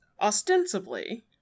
ostensibly